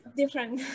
different